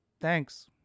thanks